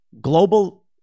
global